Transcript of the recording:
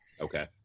okay